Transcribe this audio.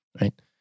right